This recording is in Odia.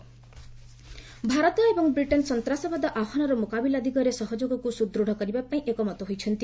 ଇଣ୍ଡିଆ ୟୁକେ ଭାରତ ଏବଂ ବ୍ରିଟେନ୍ ସନ୍ତ୍ରାସବାଦ ଆହ୍ୱାନର ମୁକାବିଲା ଦିଗରେ ସହଯୋଗକୁ ସୁଦୃଢ଼ କରିବା ପାଇଁ ଏକମତ ହୋଇଛନ୍ତି